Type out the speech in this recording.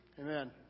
Amen